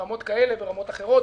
ברמות כאלה וברמות אחרות,